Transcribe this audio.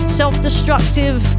self-destructive